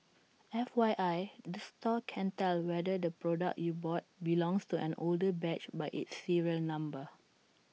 F Y I the store can tell whether the product you bought belongs to an older batch by its serial number